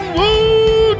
woo